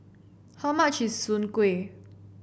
how much is Soon Kway